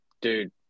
dude